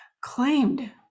claimed